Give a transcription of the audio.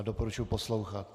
Doporučuji poslouchat.